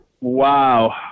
Wow